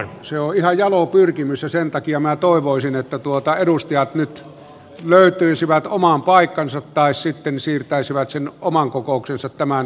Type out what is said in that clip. se on ihan jalo pyrkimys ja sen takia minä toivoisin että edustajat nyt löytäisivät oman paikkansa tai sitten siirtäisivät sen oman kokouksensa tämän salin ulkopuolelle